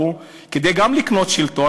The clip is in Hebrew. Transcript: כדי לקנות שלטון,